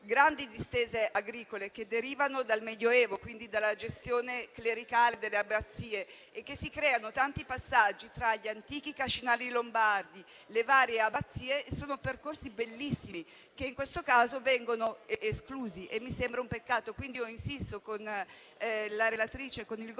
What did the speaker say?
grandi distese agricole che derivano dal Medioevo, quindi dalla gestione clericale delle abbazie e si creano tanti passaggi tra gli antichi cascinali lombardi e le varie abbazie che sono percorsi bellissimi e che, in questo caso, verrebbero esclusi. Mi sembra un peccato. Insisto pertanto con la relatrice e con il Governo